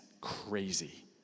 crazy